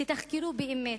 תתחקרו באמת